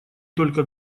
только